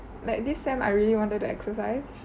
like this sem I really wanted to exercise